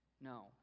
No